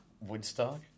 Woodstock